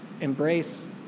embrace